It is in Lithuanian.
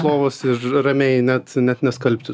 lovos ir ramiai net net neskalbti